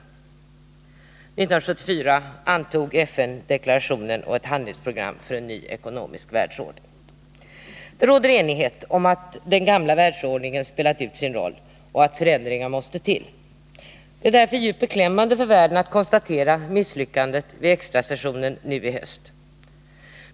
1974 antog FN deklarationen om ett handlingsprogram för en ny ekonomisk världsordning. Det råder enighet om att den gamla världsordningen spelat ut sin roll och att förändringar måste till. Det är därför djupt beklämmande för världen att konstatera misslyckandet vid extrasessionen nu i höst.